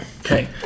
Okay